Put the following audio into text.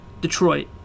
Detroit